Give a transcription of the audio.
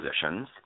positions